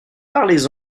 parlez